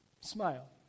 smile